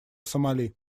сомали